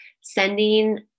sending